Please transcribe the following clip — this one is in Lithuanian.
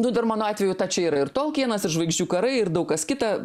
nu dar mano atveju ta čia yra ir tolkienas ir žvaigždžių karai ir daug kas kita